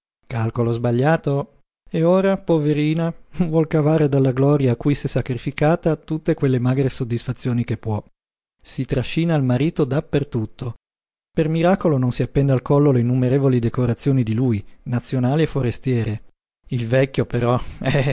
calcolo sbagliato e ora poverina vuol cavare dalla gloria a cui s'è sacrificata tutte quelle magre soddisfazioni che può si trascina il marito dappertutto per miracolo non si appende al collo le innumerevoli decorazioni di lui nazionali e forestiere il vecchio però